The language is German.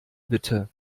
bitte